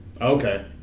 okay